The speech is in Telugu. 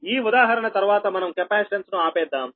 ఈ ఉదాహరణ తర్వాత మనం కెపాసిటెన్స్ ను ఆపేద్దాం